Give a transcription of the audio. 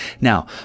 Now